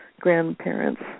grandparents